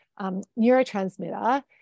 neurotransmitter